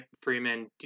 Freeman